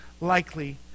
likely